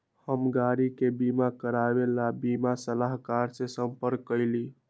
हम गाड़ी के बीमा करवावे ला बीमा सलाहकर से संपर्क कइली